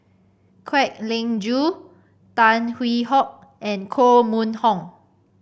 Kwek Leng Joo Tan Hwee Hock and Koh Mun Hong